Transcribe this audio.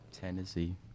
Tennessee